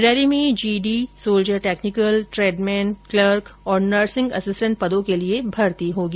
rally में GD soldier technical tradesman clerk और nursing assistant पदों के लिए भर्ती होगी